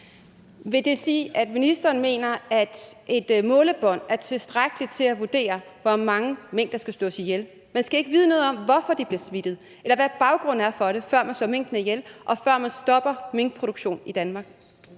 Vil det sige, at ministeren mener, at et målebånd er tilstrækkeligt til at vurdere, hvor mange mink der skal slås ihjel? Man skal ikke vide noget om, hvorfor de bliver smittet, eller hvad baggrunden er for det, før man slår minkene ihjel, og før man stopper minkproduktion i Danmark.